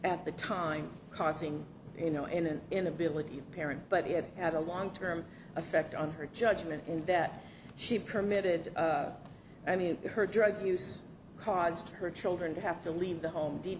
at the time causing you know in an inability to parent but it had a long term effect on her judgment and that she permitted i mean her drug use caused her children to have to leave the home d